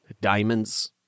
diamonds